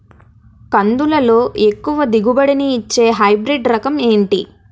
కందుల లో ఎక్కువ దిగుబడి ని ఇచ్చే హైబ్రిడ్ రకం ఏంటి?